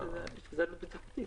זה היבט בטיחותי.